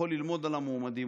יכול ללמוד על המועמדים,